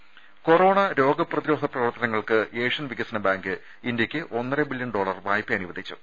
രുമ കൊറോണ രോഗ പ്രതിരോധ പ്രവർത്തനങ്ങൾക്ക് ഏഷ്യൻ വികസന ബാങ്ക് ഇന്ത്യക്ക് ഒന്നര ബില്യൺ ഡോളർ വായ്പ അനുവദിച്ചു